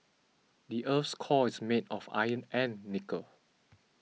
the earth's core is made of iron and nickel